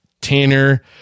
Tanner